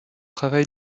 travail